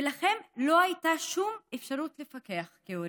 ולכם לא הייתה שום אפשרות לפקח כהורים.